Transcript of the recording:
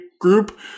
group